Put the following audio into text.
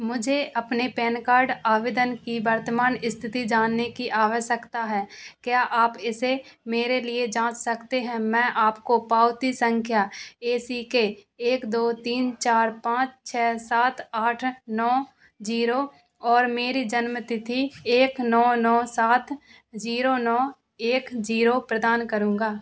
मुझे अपने PAN card आवेदन की वर्तमान स्थिति जानने की आवश्यकता है क्या आप इसे मेरे लिए जाँच सकते हैं मैं आपको पावती संख्या ए सी के एक दो तीन चार पाँच छः सात आठ नौ जीरो और मेरी जन्मतिथि एक नौ नौ सात जीरो नौ एक जीरो प्रदान करूँगा